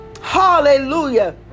Hallelujah